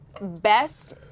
Best